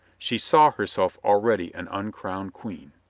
she saw herself already an uncrowned queen.